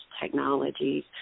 technologies